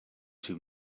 two